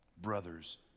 Brother's